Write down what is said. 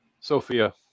Sophia